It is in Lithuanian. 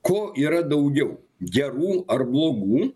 ko yra daugiau gerų ar blogų